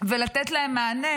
ולתת להם מענה,